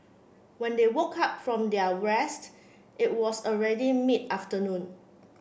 when they woke up from their rest it was already mid afternoon